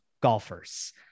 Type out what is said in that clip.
golfers